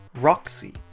Roxy